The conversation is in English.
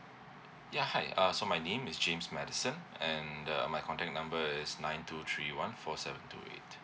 ya hi uh so my name is james madison and uh my contact number is nine two three one four seven two eight